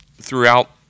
throughout